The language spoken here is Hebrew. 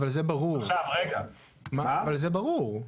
אבל זה ברור,